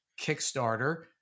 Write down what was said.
Kickstarter